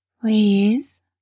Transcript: Please